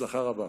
הצלחה רבה.